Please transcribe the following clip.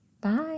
Bye